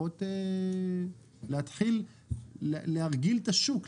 לפחות להתחיל להרגיל את השוק,